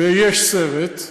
ויש סרט,